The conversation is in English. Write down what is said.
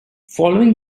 following